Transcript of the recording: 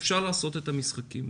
אפשר לעשות את המשחקים.